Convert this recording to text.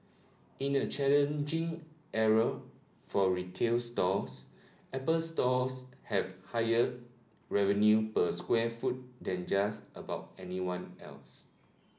in a challenging era for retail stores Apple Stores have higher revenue per square foot than just about anyone else